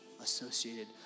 associated